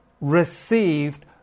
received